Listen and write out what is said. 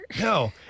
No